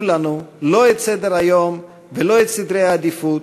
לנו לא את סדר-היום ולא את סדרי העדיפות,